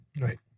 Right